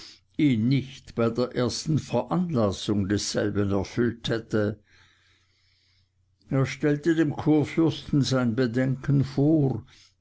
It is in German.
ihn nicht bei der ersten veranlassung derselben erfüllt hätte er stellte dem kurfürsten sein bedenken vor